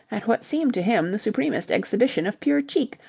at what seemed to him the supremest exhibition of pure cheek,